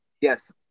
Yes